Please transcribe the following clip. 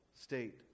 state